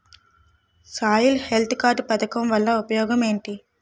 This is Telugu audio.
సాయిల్ హెల్త్ కార్డ్ పథకం వల్ల ఉపయోగం ఏంటి?